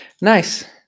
Nice